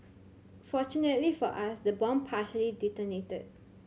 fortunately for us the bomb partially detonated